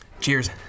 Cheers